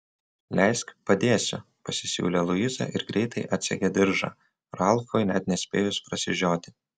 leisk padėsiu pasisiūlė luiza ir greitai atsegė diržą ralfui net nespėjus prasižioti